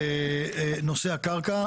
נושא הקרקע,